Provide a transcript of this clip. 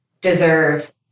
deserves